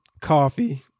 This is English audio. coffee